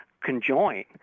conjoin